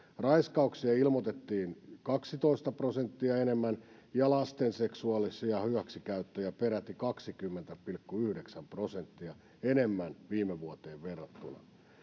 raiskauksia ilmoitettiin kaksitoista prosenttia enemmän ja lasten seksuaalisia hyväksikäyttöjä peräti kaksikymmentä pilkku yhdeksän prosenttia enemmän viime vuoteen verrattuna